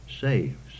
saves